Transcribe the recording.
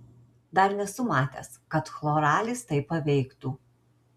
dar nesu matęs kad chloralis taip paveiktų